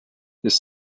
his